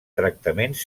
tractaments